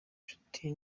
nshuti